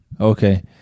Okay